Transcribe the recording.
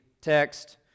text